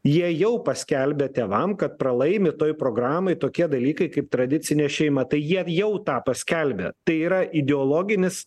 jie jau paskelbė tėvam kad pralaimi toj programoj tokie dalykai kaip tradicinė šeima tai jie jau tą paskelbė tai yra ideologinis